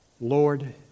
Lord